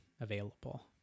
available